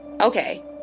Okay